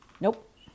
nope